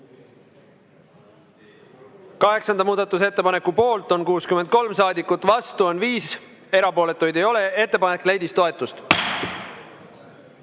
Kaheksanda muudatusettepaneku poolt on 63 saadikut, vastu 5, erapooletuid ei ole. Ettepanek leidis toetust.